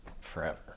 forever